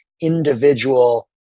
individual